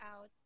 out